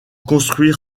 construire